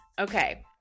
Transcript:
Okay